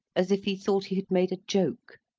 as if he thought he had made a joke.